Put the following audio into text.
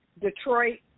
Detroit